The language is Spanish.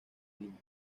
lincoln